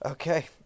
okay